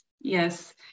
Yes